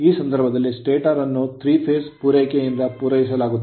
ಈ ಸಂದರ್ಭದಲ್ಲಿ stator ಅನ್ನು 3 ಫೇಸ್ ಪೂರೈಕೆಯಿಂದ ಪೂರೈಸಲಾಗುತ್ತದೆ